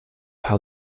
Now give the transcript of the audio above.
how